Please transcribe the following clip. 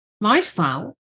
lifestyle